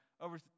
over